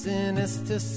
Sinister